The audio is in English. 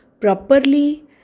properly